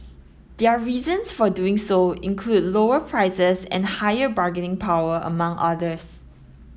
their reasons for doing so include lower prices and higher bargaining power among others